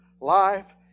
life